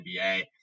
NBA